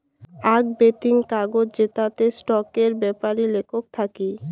আক বিতিং কাগজ জেতাতে স্টকের বেপারি লেখক থাকি